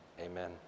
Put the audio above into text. Amen